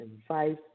advice